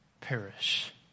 perish